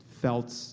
felt